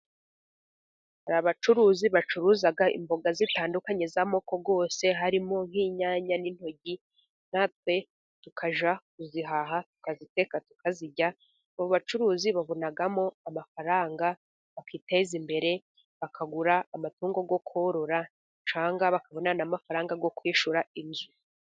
Hari abacuruzi bacuruza imboga zitandukanye z'amoko yose, harimo nk'inyanya n'intoryi, natwe tukajya kuzihaha tukaziteka, tukazirya. Abo bacuruzi babonamo amafaranga, bakiteza imbere, bakagura amatungo yo korora, cyangwa bakabona n'amafaranga yo kwishyura inzu.